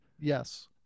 Yes